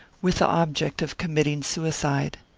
with the object of committing suicide.